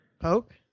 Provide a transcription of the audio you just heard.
Poke